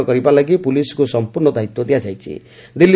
ସ୍ଥିତିନିୟନ୍ତ୍ରଣ କରିବା ଲାଗି ପୁଲିସକୁ ସମ୍ପର୍ଣ୍ଣ ଦାୟିତ୍ୱ ଦିଆଯାଇଛି